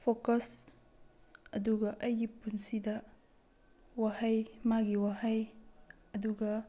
focus ꯑꯗꯨꯒ ꯑꯩꯒꯤ ꯄꯨꯟꯁꯤꯗ ꯋꯥꯍꯩ ꯃꯥꯒꯤ ꯋꯥꯒꯤ ꯑꯗꯨꯒ